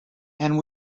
and